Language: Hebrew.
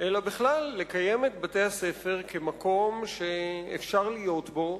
אלא בכלל לקיים את בתי-הספר כמקום שאפשר להיות בו,